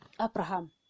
Abraham